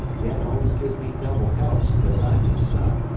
dad always gives me double helps cause i'm his son,